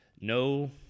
No